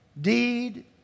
deed